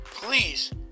Please